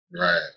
Right